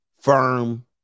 firm